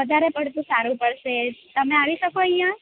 વધારે પડતું સારું પડશે તમે આવી શકો અહીં